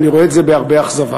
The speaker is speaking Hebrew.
אני רואה את זה בהרבה אכזבה.